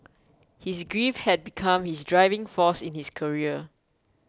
his grief had become his driving force in his career